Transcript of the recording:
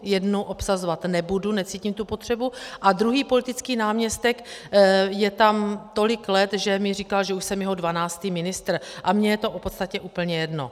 Jednu obsazovat nebudu, necítím tu potřebu, a druhý politický náměstek je tam tolik let, že mi říkal, že už jsem jeho dvanáctý ministr, a mně je to v podstatě úplně jedno.